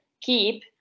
keep